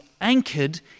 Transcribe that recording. anchored